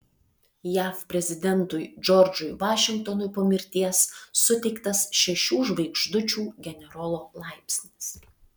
jav prezidentui džordžui vašingtonui po mirties suteiktas šešių žvaigždučių generolo laipsnis